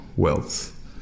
Wealth